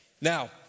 Now